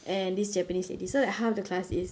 and this japanese lady so like half the class is